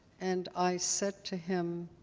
and i said to him,